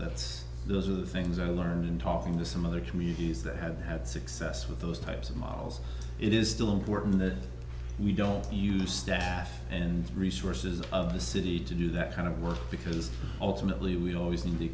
that's those are the things i learned in talking to some other communities that have had success with those types of models it is still a work in the we don't use staff and resources of the city to do that kind of work because ultimately we always need to